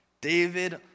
David